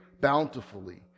bountifully